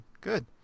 Good